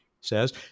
says